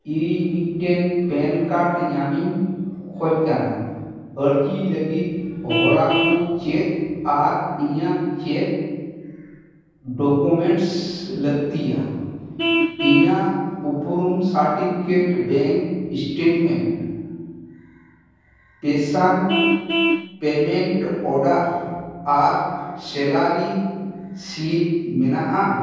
ᱤᱧ ᱢᱤᱫᱴᱮᱱ PAN card ᱧᱟᱢᱤᱧ ᱠᱷᱚᱡᱽ ᱠᱟᱱᱟ ᱟᱹᱨᱡᱤ ᱞᱟᱹᱜᱤᱫ ᱦᱚᱨᱟ ᱠᱚ ᱪᱮᱫ ᱟᱨ ᱤᱧᱟᱹᱜ ᱪᱮᱫ ᱰᱚᱠᱳᱢᱮᱱᱴᱥ ᱞᱟᱹᱠᱛᱤᱭᱟ ᱤᱧᱟᱹᱜ ᱩᱯᱨᱩᱢ ᱥᱟᱨᱴᱤᱯᱷᱤᱠᱮᱴ ᱵᱮᱝᱠ ᱥᱴᱮᱴᱢᱮᱱᱴ ᱠᱤᱥᱟᱱ ᱯᱮᱢᱮᱱᱴ ᱚᱰᱟᱨ ᱟᱨ ᱥᱮᱞᱟᱨᱤ ᱥᱤᱞᱤᱯ ᱢᱮᱱᱟᱜᱼᱟ